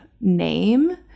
name